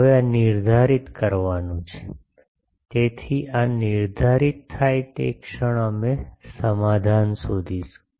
હવે આ નિર્ધારિત કરવાનું છે તેથી આ નિર્ધારિત થાય તે ક્ષણ અમે સમાધાન શોધીશું